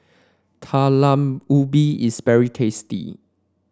Talam Ubi is very tasty